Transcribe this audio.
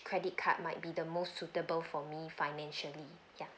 credit card might be the most suitable for me financially ya